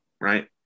right